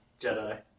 Jedi